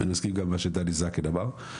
אני מסכים גם עם מה שדני זקן אמר,